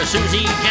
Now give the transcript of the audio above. Susie